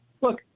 look